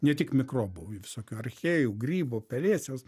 ne tik mikrobų visokių archėjų grybo pelėsiaus